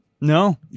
No